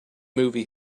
movie